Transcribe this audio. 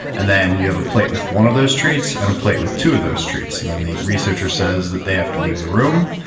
and then you have a plate with one of those treats and a plate with two of those treats and then the researcher says that they have to leave the room,